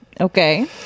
Okay